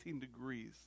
degrees